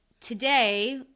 today